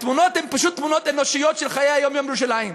התמונות הן פשוט תמונות אנושיות של חיי היום-יום בירושלים.